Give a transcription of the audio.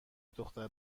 دختر